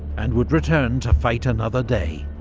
and would return to fight another day,